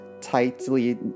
tightly